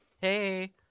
Hey